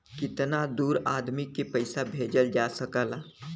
कितना दूर आदमी के पैसा भेजल जा सकला?